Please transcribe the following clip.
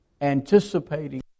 anticipating